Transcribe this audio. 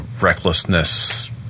recklessness